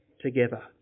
together